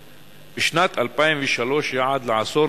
וענף הזית שמו להם בשנת 2003 יעד לעשור,